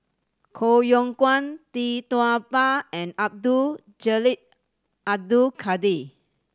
Koh Yong Guan Tee Tua Ba and Abdul Jalil Abdul Kadir